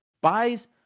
Buys